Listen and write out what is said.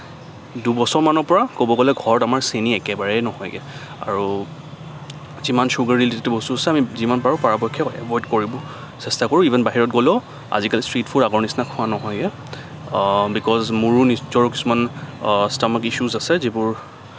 দুবছৰমানৰ পৰা ক'ব গ'লে ঘৰত আমাৰ চেনী একেবাৰেই নহৈগে আৰু যিমান ছুগাৰ ৰিলেটেড বস্তু আছে আমি যিমান পাৰোঁ পৰাপক্ষত এভইড কৰিব চেষ্টা কৰোঁ ইভেন বাহিৰত গ'লেও আজিকালি ষ্ট্ৰীট ফুড আগৰ নিচিনা খোৱা নহয়েই বিকজ মোৰো নিজৰ কিছুমান ষ্টমাক ইছ্য়ুছ আছে যিবোৰ